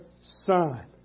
son